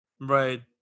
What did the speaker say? Right